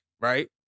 right